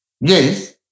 Yes